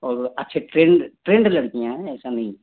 और अच्छे trained trained लड़कियाँ है ऐसा नहीं